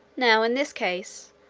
now, in this case,